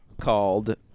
called